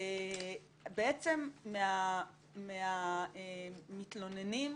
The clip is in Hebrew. בעצם מהמתלוננים,